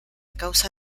causa